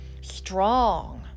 strong